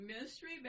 Mystery